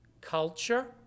culture